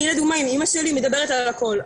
אני לדוגמא עם אימא שלי מדברת על הכול,